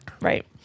Right